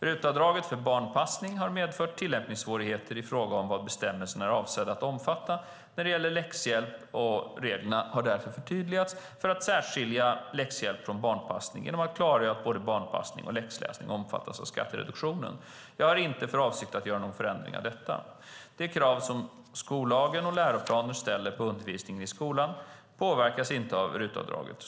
RUT-avdraget för barnpassning har medfört tillämpningssvårigheter i fråga om vad bestämmelsen är avsedd att omfatta när det gäller läxhjälp. Reglerna har därför förtydligats för att särskilja läxhjälp från barnpassning genom att klargöra att både barnpassning och läxläsning omfattas av skattereduktionen. Jag har inte för avsikt att göra någon förändring av detta. De krav som skollagen och läroplaner ställer på undervisningen i skolan påverkas inte av RUT-avdraget.